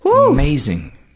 Amazing